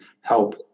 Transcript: help